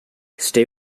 stay